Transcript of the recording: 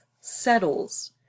settles